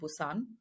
Busan